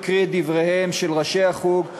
אקריא את דבריהם של ראשי החוג,